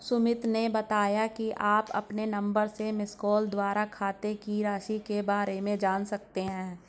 सुमित ने बताया कि आप अपने नंबर से मिसकॉल द्वारा खाते की राशि के बारे में जान सकते हैं